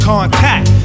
contact